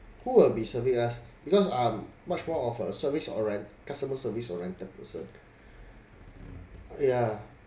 who will be serving us because I'm much more of a service orient customer service oriented person yeah